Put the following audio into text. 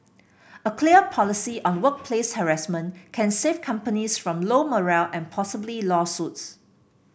a clear policy on workplace harassment can save companies from low morale and possibly lawsuits